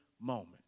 moment